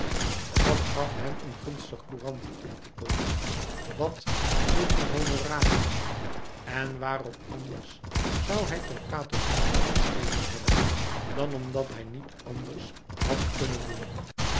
wat gaf hem een gunstig courantenartikel wàt luttel honorarium en waarom anders zoû hij torquato tasso geschreven hebben dan omdat hij niet anders had kunnen doen